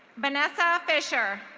vanessa fisher.